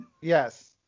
Yes